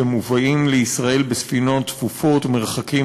שמובאים לישראל בצפיפות בספינות ממרחקים,